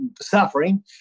suffering